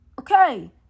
okay